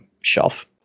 Shelf